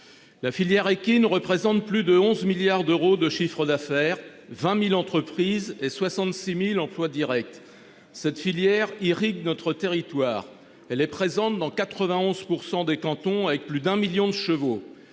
La filière équine représente plus de 11 milliards d'euros de chiffre d'affaires 20.000 entreprises et 66.000 emplois Directs cette filière irriguent notre territoire. Elle est présente dans 91% des cantons avec plus d'un million de chevaux.